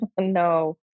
no